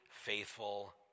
faithful